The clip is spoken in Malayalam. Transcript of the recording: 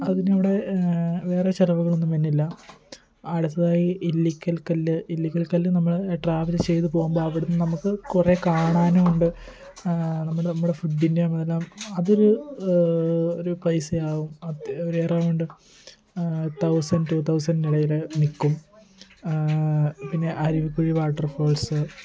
അതിന് അവിടെ വേറെ ചിലവുകളൊന്നും വരുന്നില്ല അടുത്തതായി ഇല്ലിക്കൽ കല്ല് ഇല്ലിക്കൽ കല്ല് നമ്മള് ട്രാവല് ചെയ്ത് പോവുമ്പോൾ അവിടെ നിന്ന് നമുക്ക് കുറേ കാണാനും ഉണ്ട് നമ്മള് നമ്മടെ ഫുഡിൻ്റെ അതെല്ലാം അതൊരു ഒരു പൈസയാകും ഒര് എറൌണ്ട് തൌസൻ്റ് റ്റു തൌസൻ്റ് ഇടയില് നിൽക്കും പിന്നെ അരുവിക്കുഴി വാട്ടർ ഫാൾസ്